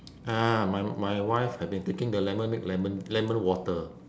ah my my wife had been taking the lemon make lemon lemon water